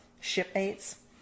shipmates